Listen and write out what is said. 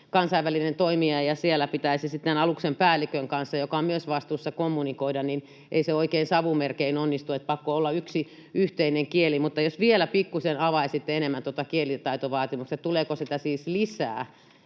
kansainvälinen toimija ja siellä pitäisi sitten kommunikoida aluksen päällikön kanssa, joka on myös vastuussa, niin ei se oikein savumerkein onnistu, pakko on olla yksi yhteinen kieli. Mutta jos vielä pikkusen enemmän avaisitte tuota kielitaitovaatimusta, tuleeko sitä siis lisää